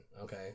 Okay